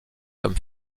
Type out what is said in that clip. comme